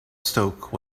stoke